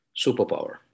superpower